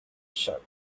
shut